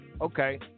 Okay